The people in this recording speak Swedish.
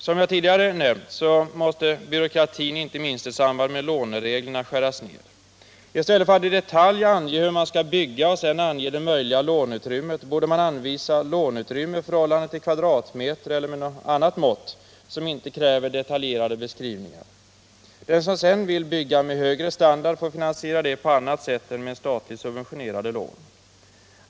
Som jag tidigare nämnt måste byråkratin inte minst i samband med lånereglerna skäras ned. I stället för att i detalj ange hur man skall bygga och därefter ange det möjliga låneutrymmet borde man anvisa låneutrymme i förhållande till kvadratmeter eller med något annat mått som inte kräver detaljerade beskrivningar. Den som sedan vill bygga med högre standard får finansiera det på annat sätt än med statligt subventionerade lån.